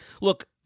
Look